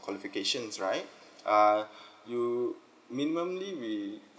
qualifications right uh you minimally we